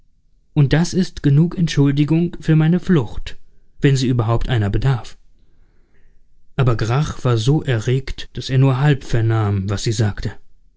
und das ist genug entschuldigung für meine flucht wenn sie überhaupt einer bedarf aber grach war so erregt daß er nur halb vernahm was sie sagte